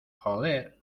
joder